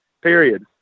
Period